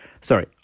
Sorry